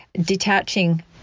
detaching